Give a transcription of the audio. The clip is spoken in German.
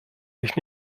sich